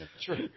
sure